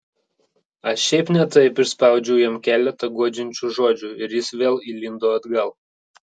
aš šiaip ne taip išspaudžiau jam keletą guodžiančių žodžių ir jis vėl įlindo atgal